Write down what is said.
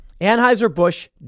Anheuser-Busch